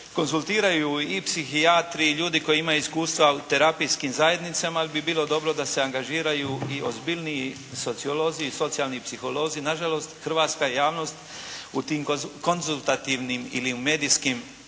konzultiraju i psihijatri i ljudi koji imaju iskustva u terapijskim zajednicama jer bi bilo dobro da se angažiraju i ozbiljniji sociolozi i socijalni psiholozi. Na žalost hrvatska javnost u tim konzultativnim ili u medijskim